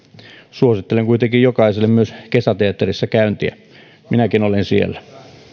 suosittelen kuitenkin jokaiselle myös kesäteatterissa käyntiä minäkin olen siellä